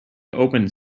opened